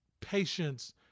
patience